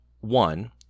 one